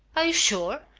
are you sure?